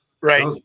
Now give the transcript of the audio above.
Right